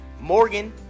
Morgan